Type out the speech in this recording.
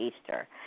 Easter